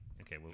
Okay